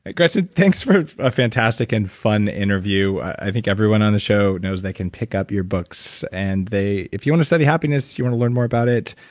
gretchen, thanks for a fantastic and fun interview. i think everyone on the show knows they can pick up your books, and they. if you want to study happiness, you want to learn more about it,